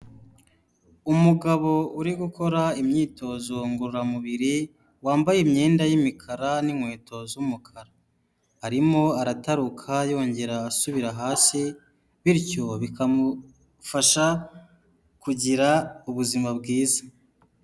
Umugabo uri gukora imyitozo ngororamubiri wambaye imyenda y'imikara n'inkweto z'umukara, arimo arataruka yongera asubira hasi bityo bikamufasha kugira ubuzima bwiza.